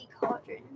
Cauldron